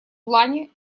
плане